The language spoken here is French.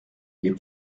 les